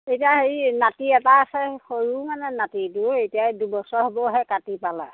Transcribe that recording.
এতিয়া হেৰি নাতি এটা আছে সৰু মানে নাতিটো এতিয়া এই দুবছৰ হ'বহে কাটি পালে